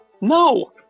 No